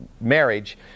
marriage